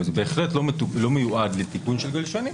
וזה בהחלט לא מיועד לתיקון של גלשנים.